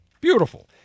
Beautiful